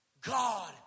God